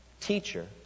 Teacher